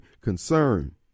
concern